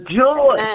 joy